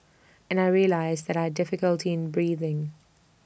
and I realised that I difficulty in breathing